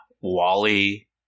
Wally